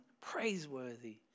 praiseworthy